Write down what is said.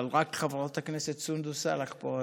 אבל רק חברת הכנסת סונדוס סאלח פה,